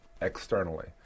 externally